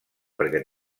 perquè